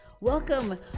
welcome